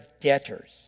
debtors